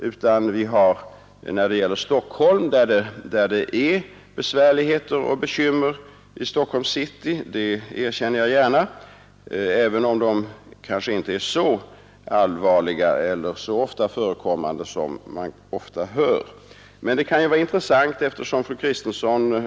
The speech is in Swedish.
Jag erkänner gärna att man har besvärligheter och bekymmer när det gäller Stockholms city, även om de kanske inte är så allvarliga och så ofta förekommande som det ibland påstås.